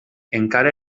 encara